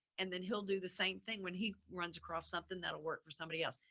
and then he'll do the same thing when he runs across something that'll work for somebody else.